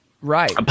Right